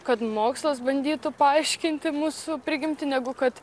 kad mokslas bandytų paaiškinti mūsų prigimtį negu kad